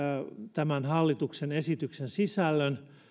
tämän hallituksen esityksen sisällön